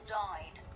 died